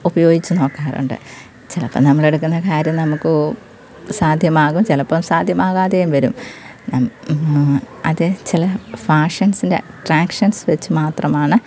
ഉപയോഗിച്ച് നോക്കാറുണ്ട് ചിലപ്പോൾ നമ്മളെടുക്കുന്ന കാര്യം നമുക്കു സാധ്യമാകും ചിലപ്പോൾ സാധ്യമാകാതെയും വരും അതു ചില ഫാഷൻസിൻ്റെ ട്രാക്ഷൻസ് വെച്ച് മാത്രമാണ്